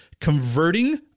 converting